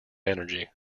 energy